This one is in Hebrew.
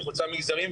וחוצה מגזרים,